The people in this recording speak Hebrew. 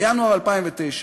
בינואר 2009,